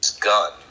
gun